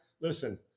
listen